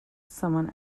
someone